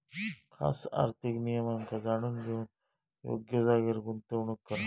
खास आर्थिक नियमांका जाणून घेऊन योग्य जागेर गुंतवणूक करा